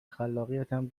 خلاقیتم